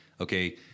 okay